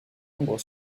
ombre